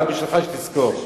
גם בשבילך שתזכור.